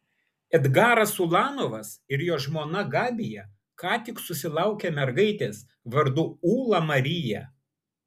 edgaras ulanovas ir jo žmona gabija ką tik susilaukė mergaitės vardu ūla marija